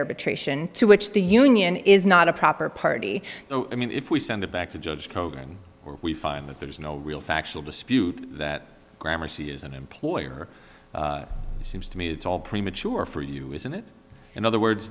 arbitration to which the union is not a proper party i mean if we send it back to judge hogan we find that there is no real factual dispute that grammar c is an employer seems to me it's all premature for you isn't it in other words